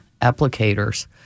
applicators